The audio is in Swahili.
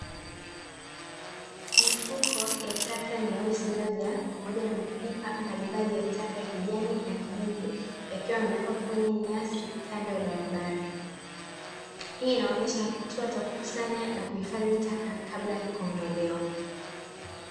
Mifuko ya taka mieusi, iliyo jaa pamoja na mapipa mbalimbali ya taka ya kijani na ya kijivu, yamewekwa kwenye nyasi kando ya barabara hii inaonyesha hatua ya kuchukua na ku.hifadhi taka kabla ya kuondolewa.